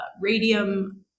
radium